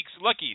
lucky